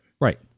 right